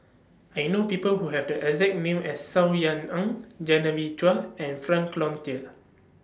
I know People Who Have The exact name as Saw Ean Ang Genevieve Chua and Frank Cloutier